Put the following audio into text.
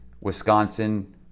Wisconsin